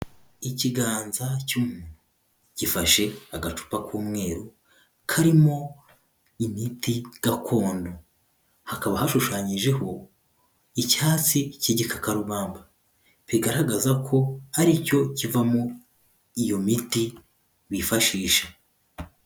Ikiganza cy'umuntu gifashe agacupa k'umweru karimo imiti gakondo, hakaba hashushanyijeho icyatsi cy'igikakarubamba, bigaragaza ko ari cyo kivamo iyo miti bifashisha.